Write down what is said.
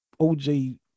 OJ